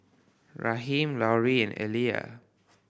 Raheem Laurie and Elia